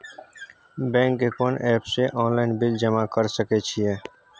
Bank के कोन app से ऑनलाइन बिल जमा कर सके छिए?